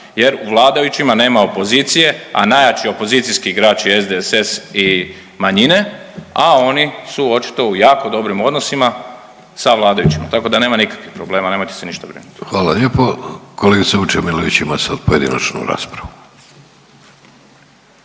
jer u vladajućima nema opozicije, a najjači opozicijski igrač je SDSS i manjine, a oni su očito u jako dobrim odnosima sa vladajućima. Tako da nema nikakvih problema nemojte se ništa brinuti. **Vidović, Davorko (Socijaldemokrati)**